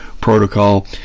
protocol